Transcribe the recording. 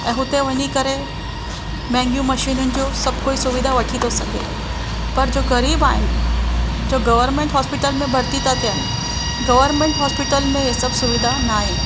ऐं हुते वञी करे महांगियूं मशिनियुनि जो सभु कोई सुविधा वठी थो सघे पर जो ग़रीब आहिनि जो गवर्मेंट हॉस्पिटल में भर्ती था थियनि गवर्मेंट हॉस्पिटल में हे सभु सुविधा नाहे